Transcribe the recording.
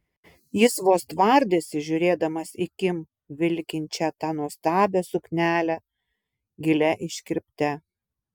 jis vos tvardėsi žiūrėdamas į kim vilkinčią tą nuostabią suknelę gilia iškirpte